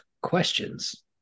questions